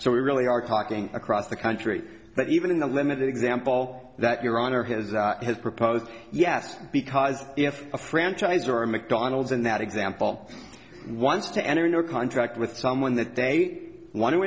so we really are talking across the country but even in the limited example that your honor has has proposed yes because if a franchise or a mcdonald's in that example one is to enter into a contract with someone that they want to